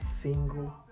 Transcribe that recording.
single